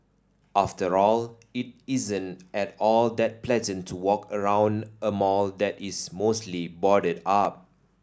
after all it isn't at all that pleasant to walk around a mall that is mostly boarded up